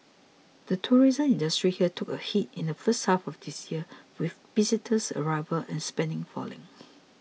the tourism industry here took a hit in the first half of this year with visitors arrivals and spending falling